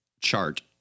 chart